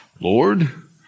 Lord